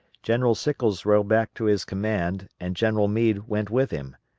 general sickles rode back to his command and general meade went with him.